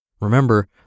Remember